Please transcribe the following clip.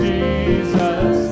Jesus